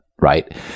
right